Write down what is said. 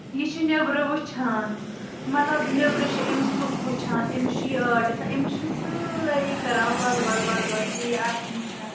یہِ چھُ نیٚبرٕ وٕچھان مطلب نٮ۪برٕ چھِ أمِس لُکھ وٕچھان أمِس چھُ یہِ آٹ آسان أمِس چھِ سٲری کران ول ول ول ول ژٕ یہِ اسہِ نشن